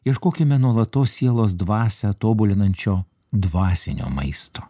ieškokime nuolatos sielos dvasią tobulinančio dvasinio maisto